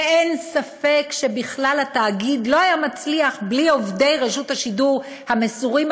ואין ספק שבכלל התאגיד לא היה מצליח בלי עובדי רשות השידור המסורים,